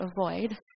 avoid